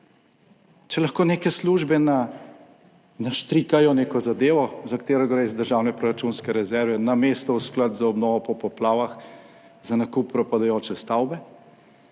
Če lahko neke službe naštrikajo neko zadevo, za katero gre iz državne proračunske rezerve, namesto v sklad za obnovo po poplavah, za nakup propadajoče stavbe,